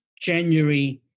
January